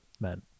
men